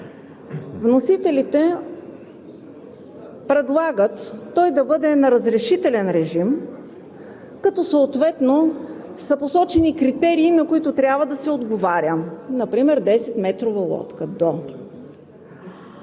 Вносителите предлагат той да бъде на разрешителен режим, като съответно са посочени критерии, на които трябва да се отговаря – например до 10-метрова лодка.